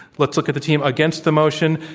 let s look at the team against the motion.